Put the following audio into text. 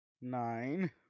Nine